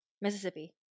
Mississippi